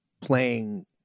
playing